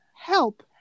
help